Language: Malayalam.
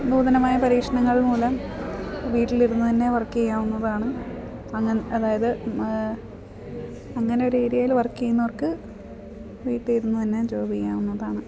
നൂതനമായ പരീക്ഷണങ്ങൾ മൂലം വീട്ടിലിരുന്ന് തന്നെ വർക്ക് ചെയ്യാവുന്നതാണ് അങ്ങനെ അതായത് അങ്ങനെ ഒരു ഏരിയേൽ വർക്ക് ചെയ്യുന്നവർക്ക് വീട്ടിൽ ഇരുന്ന് തന്നെ ജോബ് ചെയ്യാവുന്നതാണ്